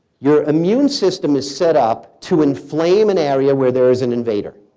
your immune system is set up to inflame an area where there is an invader.